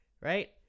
Right